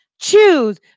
choose